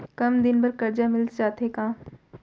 कम दिन बर करजा मिलिस जाथे का?